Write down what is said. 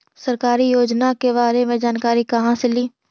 सरकारी योजना के बारे मे जानकारी कहा से ली?